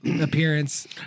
Appearance